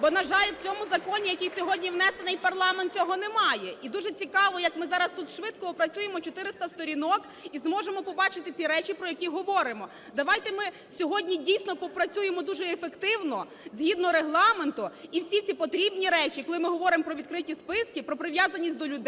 Бо, на жаль, у цьому законі, який сьогодні внесений, парламент цього не має. І дуже цікаво, як ми зараз тут швидко опрацюємо 400 сторінок і зможемо побачити ці речі, про які говоримо. Давайте ми сьогодні, дійсно, попрацюємо дуже ефективно, згідно Регламенту, і всі ці потрібні речі, коли ми говоримо про відкриті списки: про прив'язаність до людей,